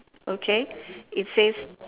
okay it says